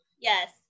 Yes